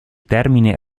termine